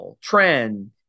trend